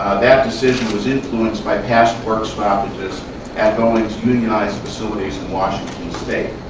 that decision was influenced by past work stoppages at boeing's unionized facilities in washington state.